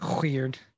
weird